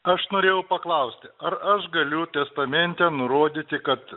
aš norėjau paklausti ar aš galiu testamente nurodyti kad